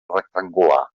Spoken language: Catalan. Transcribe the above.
rectangular